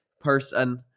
person